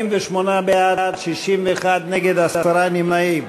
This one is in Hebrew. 48 בעד, 61 נגד, עשרה נמנעים.